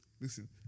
Listen